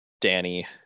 Danny